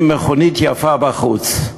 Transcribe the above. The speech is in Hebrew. עם מכונית יפה בחוץ.